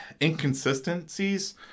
inconsistencies